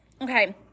Okay